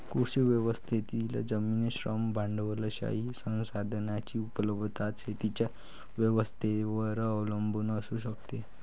कृषी व्यवस्थेतील जमीन, श्रम, भांडवलशाही संसाधनांची उपलब्धता शेतीच्या व्यवस्थेवर अवलंबून असू शकते